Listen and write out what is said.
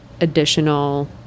additional